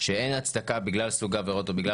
שאין הצדקה בגלל סוג העבירות או בגלל